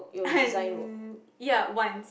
and ya once